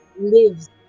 lives